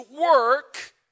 work